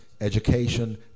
education